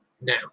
now